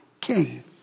king